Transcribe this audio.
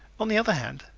on the other hand,